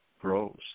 grows